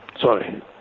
Sorry